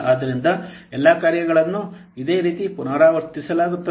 ಆದ್ದರಿಂದ ಎಲ್ಲಾ ಕಾರ್ಯಗಳನ್ನು ಇದೇ ರೀತಿ ಪುನರಾವರ್ತಿಸುತ್ತದೆ